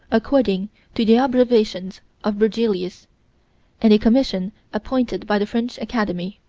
according to the observations of bergelius and a commission appointed by the french academy.